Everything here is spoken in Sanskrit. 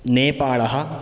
नेपालः